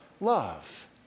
love